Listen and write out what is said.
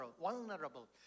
vulnerable